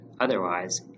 Otherwise